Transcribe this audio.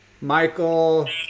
Michael